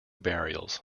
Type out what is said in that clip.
burials